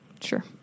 sure